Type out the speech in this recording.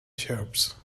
shrubs